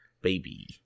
baby